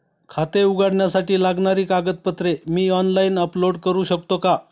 खाते उघडण्यासाठी लागणारी कागदपत्रे मी ऑनलाइन अपलोड करू शकतो का?